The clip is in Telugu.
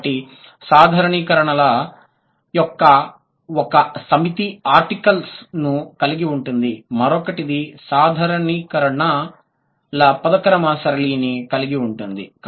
కాబట్టి సాధారణీకరణల యొక్క ఒక సమితి ఆర్టికల్స్ ను కలిగి ఉంటుంది మరొకటిది సాధారణీకరణల పద క్రమ సరళిని కలిగి ఉంటుంది